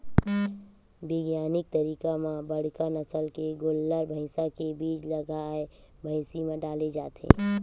बिग्यानिक तरीका म बड़का नसल के गोल्लर, भइसा के बीज ल गाय, भइसी म डाले जाथे